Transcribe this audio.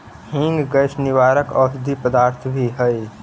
हींग गैस निवारक औषधि पदार्थ भी हई